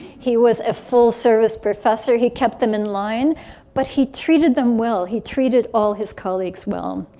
he was a full service professor, he kept them in line but he treated them well. he treated all his colleagues well.